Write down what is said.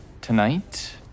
Tonight